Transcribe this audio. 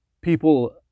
people